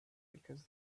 because